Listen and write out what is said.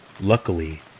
Luckily